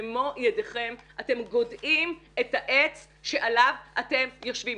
במו ידיכם אתם גודעים את העץ שעליו אתם יושבים.